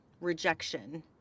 rejection